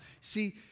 See